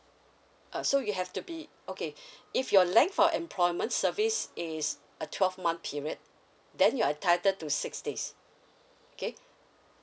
uh so you have to be okay if your length for employment service is a twelve month period then you are entitled to six days okay